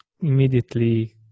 immediately